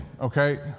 okay